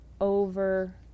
over